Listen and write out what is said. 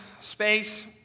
space